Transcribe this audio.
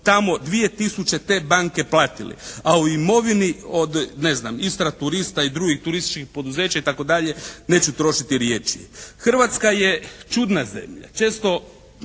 tamo 2000. te banke platili. A o imovini od, ne znam, Istra turista i drugih turističkih poduzeća i tako dalje neću trošiti riječi. Hrvatska je čudna zemlja. Često